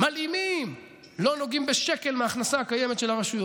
"מלאימים" לא נוגעים בשקל מההכנסה הקיימת של הרשויות,